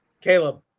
Caleb